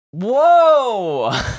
Whoa